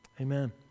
Amen